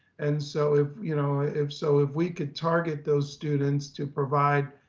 and so if, you know, if so, if we could target those students to provide,